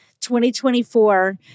2024